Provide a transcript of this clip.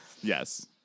Yes